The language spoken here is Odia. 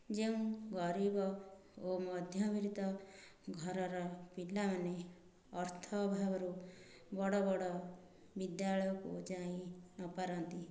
ଯେଉଁ ଗରିବ ଓ ମଧ୍ୟବିତ୍ତ ଘରର ପିଲାମାନେ ଅର୍ଥ ଅଭାବରୁ ବଡ଼ ବଡ଼ ବିଦ୍ୟାଳୟକୁ ଯାଇ ନ ପାରନ୍ତି